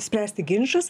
spręsti ginčus